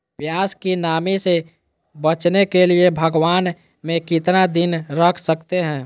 प्यास की नामी से बचने के लिए भगवान में कितना दिन रख सकते हैं?